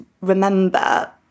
remember